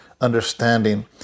understanding